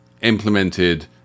implemented